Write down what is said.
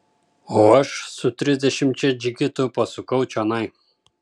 o aš su trisdešimčia džigitų pasukau čionai